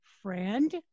friend